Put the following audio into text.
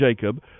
Jacob